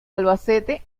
albacete